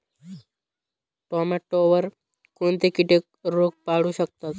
टोमॅटोवर कोणते किटक रोग पडू शकतात?